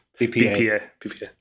BPA